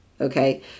okay